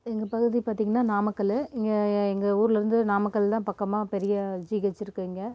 எங்கள் பகுதி பார்த்திங்கனா நாமக்கல் இங்கே எங்கள் ஊரில் இருந்து நாமக்கல் தான் பக்கமாக பெரிய ஜிஹெச் இருக்குது இங்கே